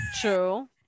True